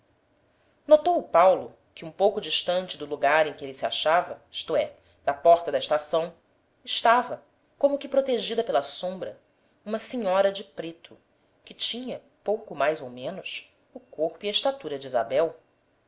notou o paulo que um pouco distante do lugar em que ele se achava isto é da porta da estação estava como que protegida pela sombra uma senhora de preto que tinha pouco mais ou menos o corpo e a estatura de isabel